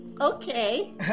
okay